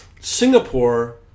Singapore